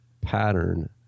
pattern